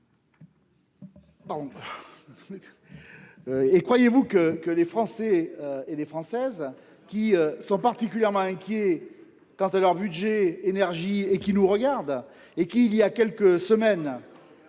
Et croyez-vous que que les Français et les Françaises qui sont particulièrement inquiets quant à leur budget énergie et qui nous regardent et qui il y a quelques semaines.